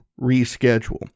reschedule